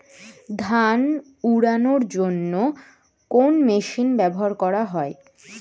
ধান উড়ানোর জন্য কোন মেশিন ব্যবহার করা হয়?